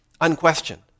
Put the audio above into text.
unquestioned